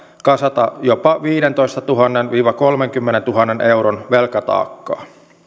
kasata jopa viidentoistatuhannen viiva kolmenkymmenentuhannen euron velkataakkaa